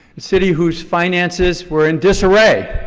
city whose finances were in disarray.